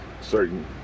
certain